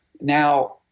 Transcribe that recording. Now